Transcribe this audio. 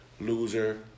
Loser